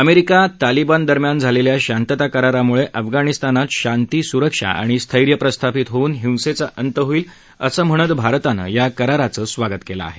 America Taliban दरम्यान झालेल्या शांतत करारामुळे अफगाणिस्तानात शांती सुरक्षा आणि स्थैर्य प्रस्थापित होऊन हिंसेचा अंत होईल असं म्हणत भारतानं या कराराचं स्वागत केलं आहे